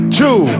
two